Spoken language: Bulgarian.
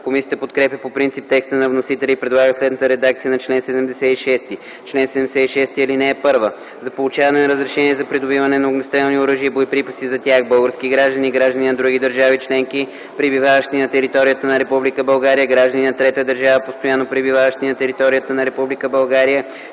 Комисията подкрепя по принцип текста на вносителя и предлага следната редакция на чл. 76: „Чл. 76. (1) За получаване на разрешение за придобиване на огнестрелни оръжия и боеприпаси за тях български граждани, граждани на други държави членки, пребиваващи на територията на Република България, граждани на трета държава, постоянно пребиваващи на територията на